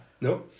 No